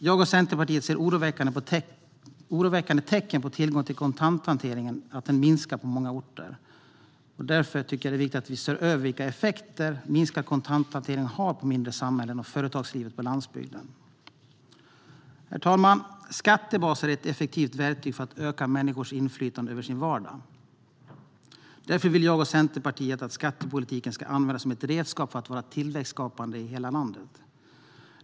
Jag och Centerpartiet ser oroväckande tecken på att tillgången till kontanthantering minskar på många orter. Därför är det viktigt att vi ser över vilka effekter minskad kontanthantering har på mindre samhällen och företagslivet på landsbygden. Herr talman! Skattebaser är ett effektivt verktyg för att öka människors inflytande över sin vardag. Därför vill jag och Centerpartiet att skattepolitiken ska användas som ett redskap för att vara tillväxtskapande i hela landet.